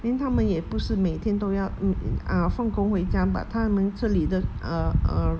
then 他们也不是每天都要 um ah 放工回家 but 他们这里的 err err